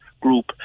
group